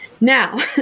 Now